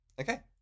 Okay